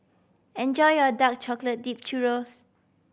enjoy your dark chocolate dipped churros